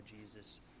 Jesus